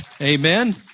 Amen